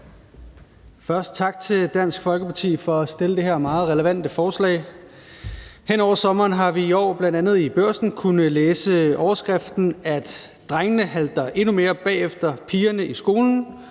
det. Tak til Dansk Folkeparti for at fremsætte det her meget relevante forslag. Hen over sommeren kunne vi bl.a. i Børsen læse overskrifter om, at drengene halter endnu mere bagefter pigerne i skolen,